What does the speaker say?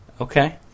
Okay